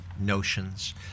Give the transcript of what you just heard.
notions